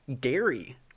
Gary